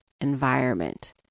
environment